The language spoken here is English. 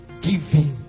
Giving